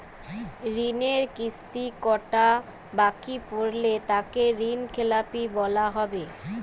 ঋণের কিস্তি কটা বাকি পড়লে তাকে ঋণখেলাপি বলা হবে?